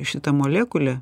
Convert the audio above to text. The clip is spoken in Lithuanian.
šita molekulė